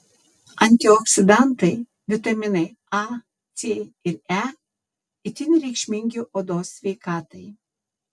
antioksidantai vitaminai a c ir e itin reikšmingi odos sveikatai